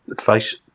face